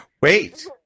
Wait